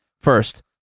First